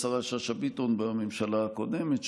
השרה שאשא ביטון בממשלה הקודמת,